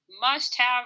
must-have